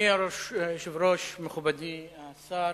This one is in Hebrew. אדוני היושב-ראש, מכובדי השר,